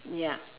ya